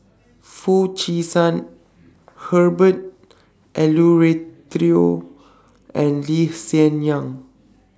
Foo Chee San Herbert Eleuterio and Lee Hsien Yang